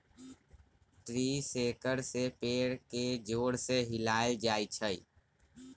tree shaker से पेड़ के जोर से हिलाएल जाई छई